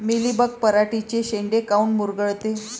Mealybug पराटीचे चे शेंडे काऊन मुरगळते?